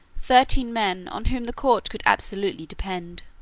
thirteen men on whom the court could absolutely depend.